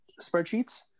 spreadsheets